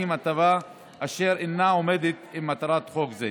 הטבה אשר אינה תואמת את מטרת החוק הזה.